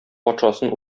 патшасын